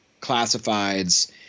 classifieds